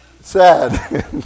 SAD